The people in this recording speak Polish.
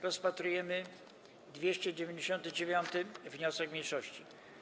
Rozpatrujemy 299. wniosek mniejszości.